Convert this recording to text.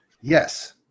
Yes